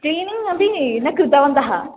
cleaning अपि न कृतवन्तः